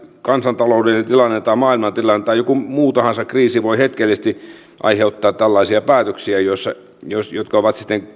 kansantaloudellinen tilanne tai maailmantilanne tai joku muu tahansa kriisi voi hetkellisesti aiheuttaa tällaisia päätöksiä jotka ovat sitten